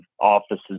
offices